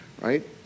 Right